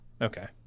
Okay